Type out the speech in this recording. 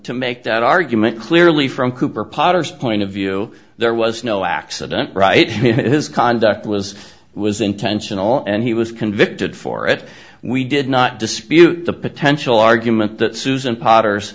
to make that argument clearly from cooper potter's point of view there was no accident right his conduct was was intentional and he was convicted for it we did not dispute the potential argument that susan potter